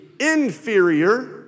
inferior